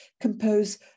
compose